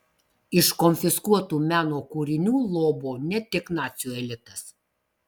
iš konfiskuotų meno kūrinių lobo ne tik nacių elitas